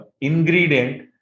ingredient